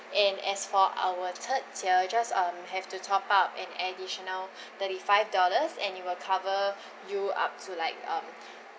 and as for our third tier just um have to top up an additional thirty five dollars and it will cover you up to like um